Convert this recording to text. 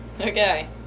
okay